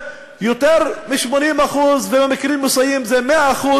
ביותר מ-80% ובמקרים מסוימים זה 100%,